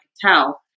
tell